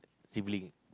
sibling